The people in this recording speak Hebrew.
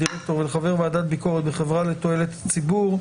לדירקטור ולחבר ועדת ביקורת בחברת לתועלת הציבור)